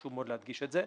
וחשוב מאוד להדגיש את זה.